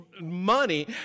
money